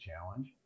challenge